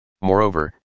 Moreover